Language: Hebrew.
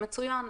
מצוין,